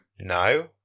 No